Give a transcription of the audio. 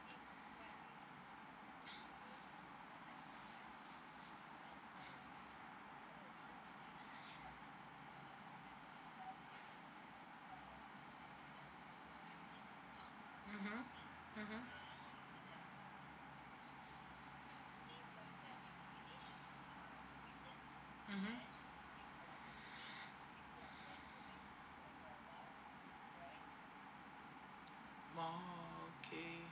mmhmm mmhmm mmhmm oh okay